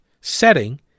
setting